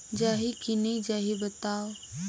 जाही की नइ जाही बताव?